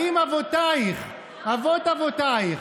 האם אבותייך, אבות אבותייך,